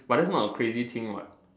but that's not a crazy thing what